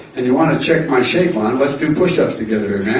and you want to check my shafe on. let's do push ups together,